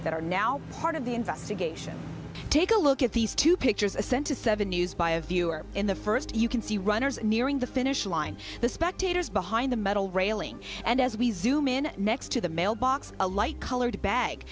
that are now part of the investigation take a look at these two pictures ascent to seven used by a viewer in the first you can see runners nearing the finish line the spectators behind the metal railing and as we zoom in next to the mailbox a light colored bag